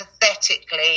pathetically